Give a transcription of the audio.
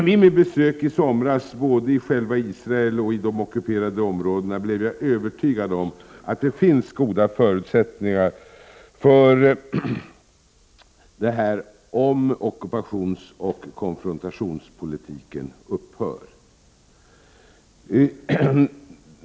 Vid mitt besök i somras både i själva Israel och i de ockuperade områdena blev jag övertygad om att det finns goda förutsättningar för detta, om ockupationsoch konfrontationspolitiken upphör.